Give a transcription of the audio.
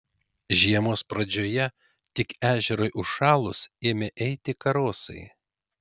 žiemos pradžioje tik ežerui užšalus ėmę eiti karosai